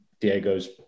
Diego's